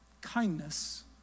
Kindness